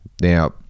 Now